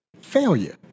Failure